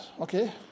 okay